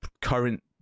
current